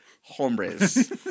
hombres